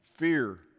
fear